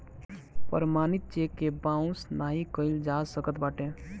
प्रमाणित चेक के बाउंस नाइ कइल जा सकत बाटे